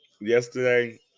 yesterday